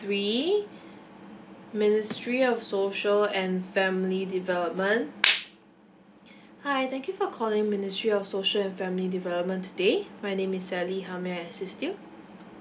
three ministry of social and family development hi thank you for calling ministry of social and family development today my name is sally how may I assist you